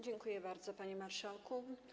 Dziękuję bardzo, panie marszałku.